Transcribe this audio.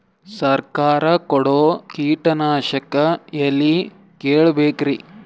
ಸರಕಾರ ಕೊಡೋ ಕೀಟನಾಶಕ ಎಳ್ಳಿ ಕೇಳ ಬೇಕರಿ?